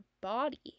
body